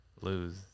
lose